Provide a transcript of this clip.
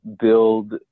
build